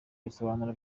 bisobanura